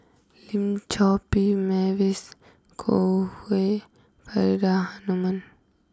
Lim Chor Pee Mavis Khoo Hui Faridah Hanum